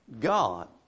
God